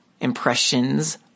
impressions